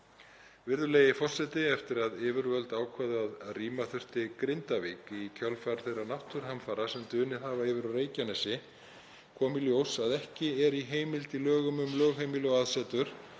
Virðulegi forseti. Eftir að yfirvöld ákváðu að rýma þyrfti Grindavík í kjölfar þeirra náttúruhamfara sem dunið hafa yfir á Reykjanesi kom í ljós að ekki er heimild í lögum um lögheimili og aðsetur